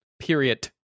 period